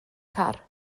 car